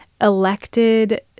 elected